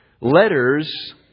letters